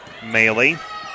Mailey